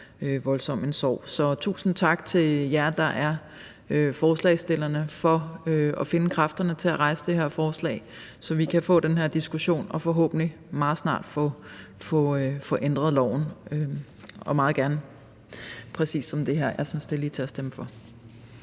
voldsom en sorg. Så tusind tak til jer, der er forslagsstillere, for at have fundet kræfterne til at komme med det her forslag, så vi kan få den her diskussion og forhåbentlig meget snart få ændret loven og meget gerne, som forslået her. Jeg synes, det er lige til at stemme for.